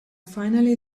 finally